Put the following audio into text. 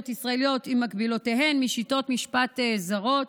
ישראליות עם מקבילותיהן משיטות משפט זרות.